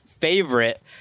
favorite